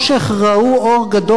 אני רואה את ההמונים מצטופפים,